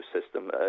system